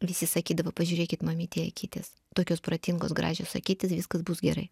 visi sakydavo pažiūrėkit mamyte į akytes tokios protingos gražios akytės viskas bus gerai